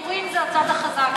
דיבורים זה הצד החזק,